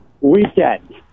weekend